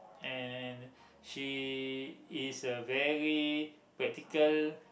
and she is a very practical